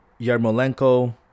Yarmolenko